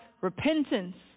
repentance